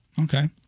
Okay